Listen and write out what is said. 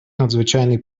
надзвичайних